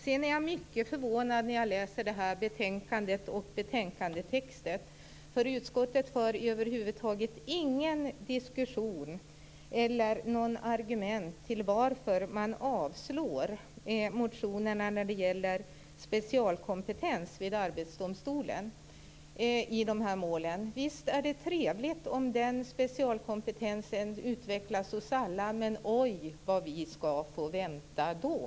Jag blir mycket förvånad när jag läser betänkandetexten och ser att utskottet över huvud taget inte för någon diskussion om eller anger något argument för att man föreslår avslag på motionerna om specialkompetens vid Arbetsdomstolen i de här målen. Visst är det trevligt om den specialkompetensen utvecklas hos alla, men oj vad vi kommer att få vänta då!